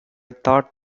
thought